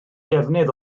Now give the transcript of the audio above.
defnydd